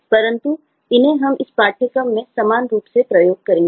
परंतु उन्हें हम इस पाठ्यक्रम में समान रूप से प्रयोग करेंगे